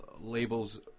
labels